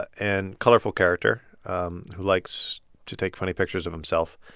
and colorful character who likes to take funny pictures of himself,